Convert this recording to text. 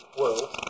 world